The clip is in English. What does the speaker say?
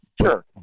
Sure